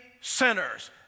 sinners